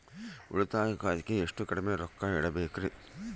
ಉಳಿತಾಯ ಖಾತೆಗೆ ಎಷ್ಟು ಕಡಿಮೆ ರೊಕ್ಕ ಇಡಬೇಕರಿ?